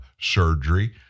surgery